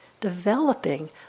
developing